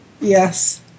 Yes